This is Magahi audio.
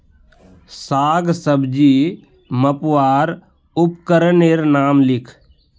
साग सब्जी मपवार उपकरनेर नाम लिख?